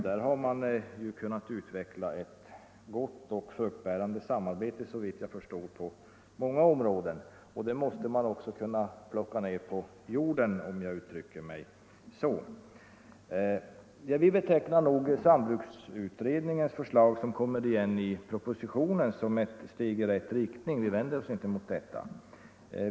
Där har man kunnat utveckla ett gott och fruktbärande samarbete på många områden. Det samarbetet måste man även kunna plocka ned på jorden, om jag får uttrycka mig så. Vi betecknar nog sambruksutredningens förslag, som kommer igen i propositionen, såsom ett steg i rätt riktning. Vi vänder oss inte mot detta.